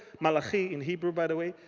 malakay in hebrew, by the way.